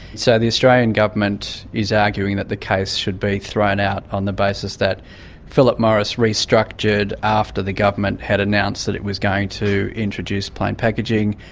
so the australian government is arguing that the case should be thrown out on the basis that philip morris restructured after the government had announced that it was going to introduce plain packaging,